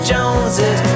Joneses